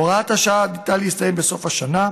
הוראת השעה עתידה להסתיים בסוף השנה,